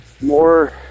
more